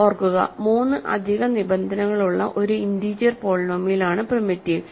ഓർക്കുക 3 അധിക നിബന്ധനകളുള്ള ഒരു ഇന്റീജർ പോളിനോമിയലാണ് പ്രിമിറ്റീവ്